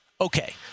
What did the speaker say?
Okay